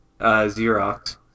Xerox